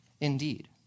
indeed